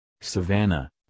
Savannah